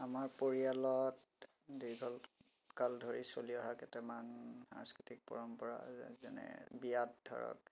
আমাৰ পৰিয়ালত দীৰ্ঘকাল ধৰি চলি অহা কেইটামান সাংস্কৃতিক পৰম্পৰা যেনে বিয়াত ধৰক